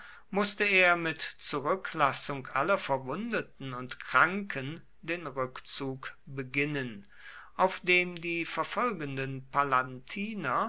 mußte er mit zurücklassung aller verwundeten und kranken den rückzug beginnen auf dem die verfolgenden